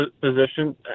position